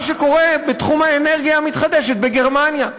שקורה בתחום האנרגיה המתחדשת בגרמניה,